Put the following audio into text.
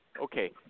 okay